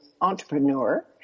entrepreneur